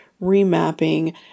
remapping